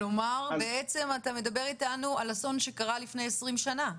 זה אסון שקרה לפני 20 שנים.